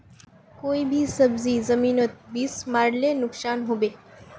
कोई भी सब्जी जमिनोत बीस मरले नुकसान होबे?